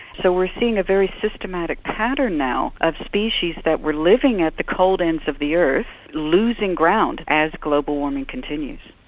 so we're seeing a very systematic pattern now of species that were living at the cold ends of the earth losing ground as global warming continues.